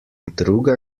druga